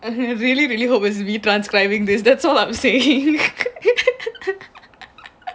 I really really hope is we transcribing this that's all I'm saying